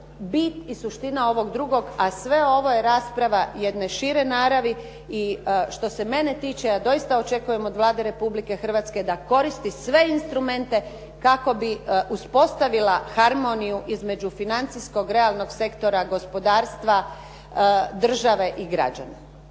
bit i suština ovog drugog, a sve ovo je rasprava jedne šire naravi i što se mene tiče, ja doista očekujem od Vlade Republike Hrvatske da koristi sve instrumente kako bi uspostavila harmoniju između financijskog realnog sektora gospodarstva države i građana.